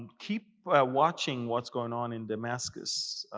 keep watching what's going on in damascus,